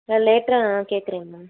நான் லேட்ரா வேணால் கேட்குறேன் மேம்